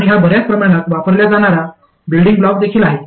आणि हा बर्याच प्रमाणात वापरल्या जाणारा बिल्डिंग ब्लॉक देखील आहे